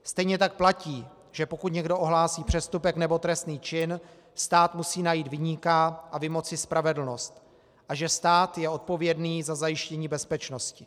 Stejně tak platí, že pokud někdo ohlásí přestupek nebo trestný čin, stát musí najít viníka a vymoci spravedlnost a že stát je odpovědný za zajištění bezpečnosti.